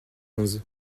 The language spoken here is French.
onze